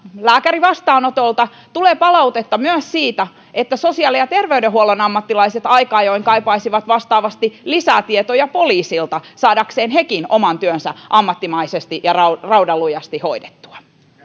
lääkärien vastaanotoilta tulee palautetta myös siitä että sosiaali ja terveydenhuollon ammattilaiset aika ajoin kaipaisivat vastaavasti lisää tietoja poliisilta saadakseen hekin oman työnsä ammattimaisesti ja raudanlujasti hoidettua